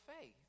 faith